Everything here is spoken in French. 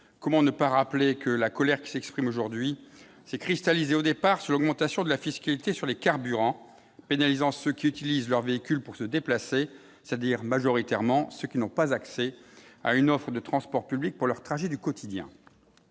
Comment ne pas rappeler que la colère qui s'exprime aujourd'hui s'est cristallisée, au départ, sur l'augmentation de la fiscalité sur les carburants, pénalisant ceux qui utilisent en premier lieu leur véhicule pour se déplacer, c'est-à-dire, majoritairement, ceux qui n'ont pas accès à une offre de transports publics pour leurs trajets du quotidien.